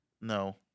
No